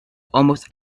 almost